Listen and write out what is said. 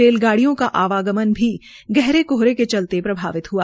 रेलगाडियों का आवागमन भी गहरे कोहरे के चलते प्रभावित हआ